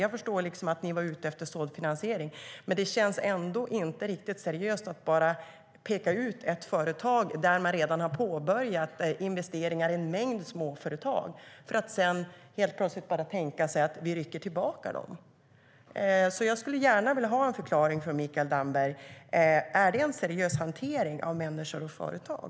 Jag förstår att ni var ute efter sund finansiering, men det känns ändå inte riktigt seriöst att bara peka ut ett företag som redan har påbörjat investeringar i en mängd småföretag för att sedan helt plötsligt tänka sig att man rycker tillbaka dem. Jag skulle alltså gärna vilja ha en förklaring från Mikael Damberg. Är det en seriös hantering av människor och företag?